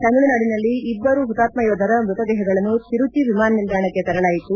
ತಮಿಳುನಾಡಿನಲ್ಲಿ ಇಬ್ಬರು ಹುತಾತ್ನ ಯೋಧರ ಮೃತ ದೇಹಗಳನ್ನು ತಿರುಚಿ ವಿಮಾನ ನಿಲ್ದಾಣಕ್ಕೆ ತರಲಾಯಿತು